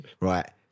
right